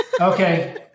okay